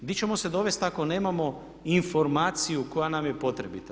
Gdje ćemo se dovesti ako nemamo informaciju koja nam je potrebita?